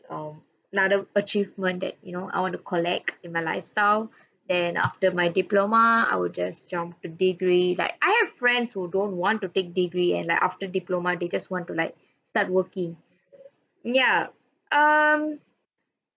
um not a achievement that you know I want to collect in my lifestyle and after my diploma I will just jump to degree like I have friends who don't want to take degree and like after diploma they just want to like start working yeah um